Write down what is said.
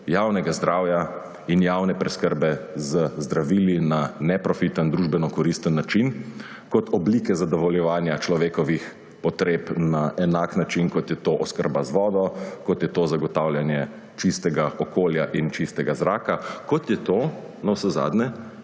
javnega zdravja in javne preskrbe z zdravili na neprofiten, družbeno koristen način kot oblikah zadovoljevanja človekovih potreb na enak način, kot je to oskrba z vodo, kot je to zagotavljanje čistega okolja in čistega zraka, kot je to navsezadnje